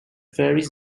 varies